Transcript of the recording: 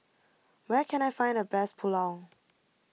where can I find the best Pulao